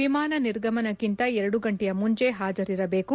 ವಿಮಾನ ನಿರ್ಗಮನಕ್ಕಿಂತ ಎರಡು ಗಂಟೆಯ ಮುಂಚೆ ಪಾಜರಿರಬೇಕು